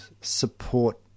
support